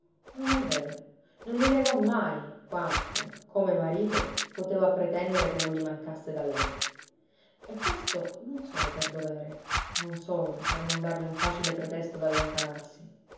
non è vero non gli negò mai quanto come marito poteva pretendere che non gli mancasse da lei e questo non solo per dovere non solo per non dargli un facile pretesto d'allontanarsi